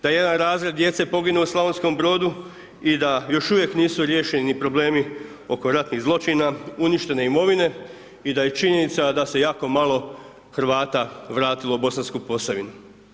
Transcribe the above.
Da je jedan razred djece poginuo u Slavonskom Brodu i da još uvijek nisu riješeni ni problemi oko ratnih zločina, uništene imovine i da je činjenica da se jako malo Hrvata vratilo u Bosansku Posavinu.